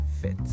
fits